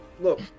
look